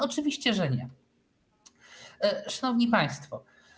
Oczywiście, że nie. Szanowni Państwo!